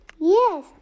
Yes